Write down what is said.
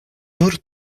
nur